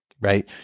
right